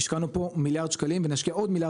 השקענו פה מיליארד שקלים ונשקיע עוד 1.5 מיליארד